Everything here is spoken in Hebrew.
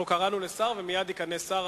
קראנו לשר, ומייד ייכנס שר.